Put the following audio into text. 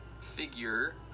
figure